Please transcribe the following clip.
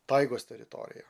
taigos teritorija